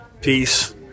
peace